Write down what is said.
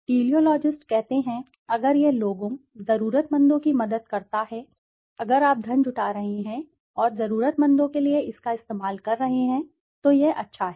teleologist कहते हैं अगर यह लोगों जरूरतमंदों की मदद करता है अगर आप धन जुटा रहे हैं और जरूरतमंदों के लिए इसका इस्तेमाल कर रहे हैं तो यह अच्छा है